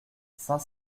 saint